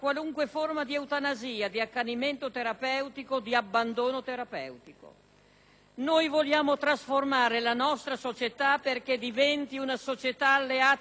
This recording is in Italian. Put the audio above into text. Noi vogliamo trasformare la nostra società perché diventi una società alleata della vita, a partire dall'alleanza terapeutica medico-paziente.